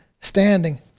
standing